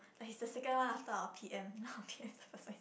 like he's the second one after our P_M you know our P_M the first one